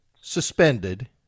suspended